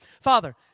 Father